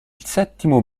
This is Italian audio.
settimo